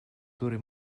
turi